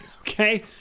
Okay